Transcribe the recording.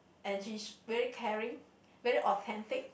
and she is very caring very authentic